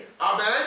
Amen